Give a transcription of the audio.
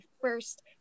first